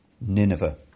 Nineveh